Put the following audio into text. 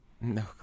No